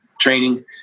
training